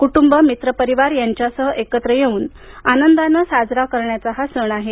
कुटुंब मित्र परिवार यांच्यासह एकत्र येऊन आनंदानं साजरा करण्याचा हा सण आहे